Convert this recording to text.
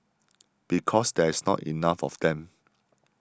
because there's not enough of them